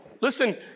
Listen